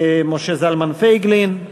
משה זלמן פייגלין,